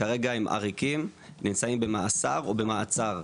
כרגע הם עריקים, נמצאים במאסר או במעצר.